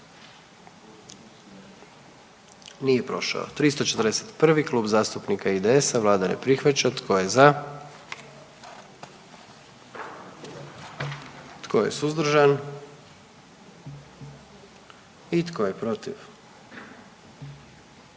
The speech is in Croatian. dio zakona. 44. Kluba zastupnika SDP-a, vlada ne prihvaća. Tko je za? Tko je suzdržan? Tko je protiv?